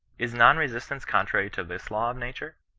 is non resistance contrary to this law of nature?